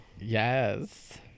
Yes